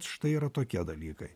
štai yra tokie dalykai